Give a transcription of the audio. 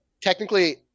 technically